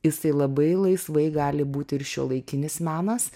jis tai labai laisvai gali būti ir šiuolaikinis menas